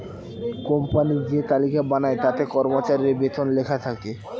company যে তালিকা বানায় তাতে কর্মচারীর বেতন লেখা থাকে